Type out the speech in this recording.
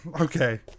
Okay